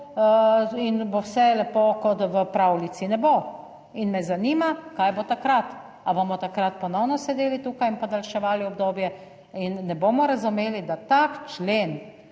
in bo vse lepo kot v pravljici, ne bo. In me zanima kaj bo takrat. Ali bomo takrat ponovno sedeli tukaj in podaljševali obdobje? In ne bomo razumeli, da tak člen